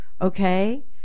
okay